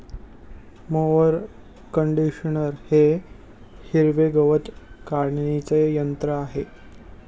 mower conditioner हे हिरवे गवत काढणीचे यंत्र आहे